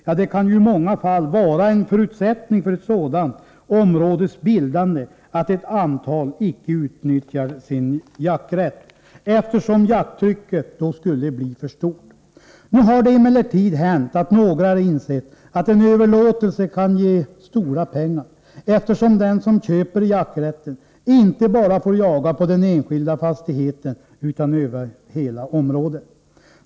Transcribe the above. Ja, det kan i många fall vara en förutsättning för ett sådant områdes bildande att några inte utnyttjar sin jakträtt, eftersom jakttrycket annars skulle bli för stort. Nu har det emellertid hänt att några har insett att en överlåtelse kan ge stora pengar, eftersom den som köper jakträtten inte bara får jaga på den enskilda fastigheten utan över hela området.